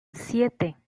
siete